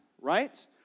right